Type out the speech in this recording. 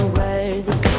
worthy